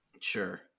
Sure